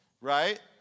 Right